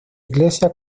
iglesia